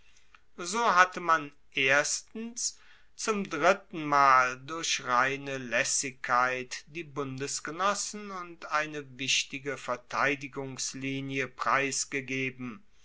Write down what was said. so hatte man erstens zum drittenmal durch reine laessigkeit die bundesgenossen und eine wichtige verteidigungslinie preisgegeben